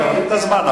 את תקבלי את הזמן,